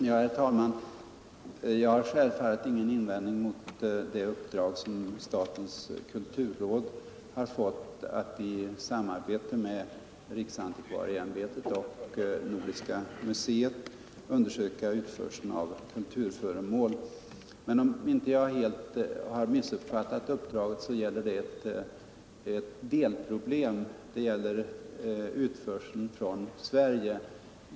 Herr talman! Självfallet har jag inga invändningar att göra mot det uppdrag som statens kulturråd har fått att i samråd med riksantikvarieämbetet och Nordiska museet undersöka den utförsel av kulturföremål som sker. Men om jag inte har missuppfattat uppdraget, så gäller det ett delproblem, nämligen utförseln från Sverige.